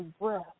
breath